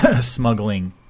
smuggling